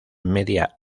media